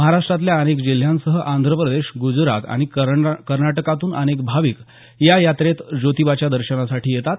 महाराष्ट्रातल्या अनेक जिल्ह्यांसह आंध्रप्रदेश गुजरात आणि कर्नाटकातूनही अनेक भाविक या यात्रेत ज्योतिबाच्या दर्शनासाठी येतात